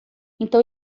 então